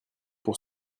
pour